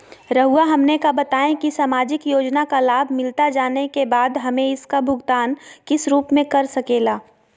रहुआ हमने का बताएं की समाजिक योजना का लाभ मिलता जाने के बाद हमें इसका भुगतान किस रूप में कर सके ला?